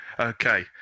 Okay